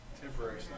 Temporary